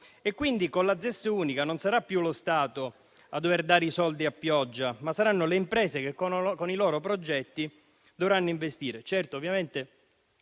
Quindi, con la ZES unica non sarà più lo Stato a dover dare soldi a pioggia, ma saranno le imprese che dovranno investire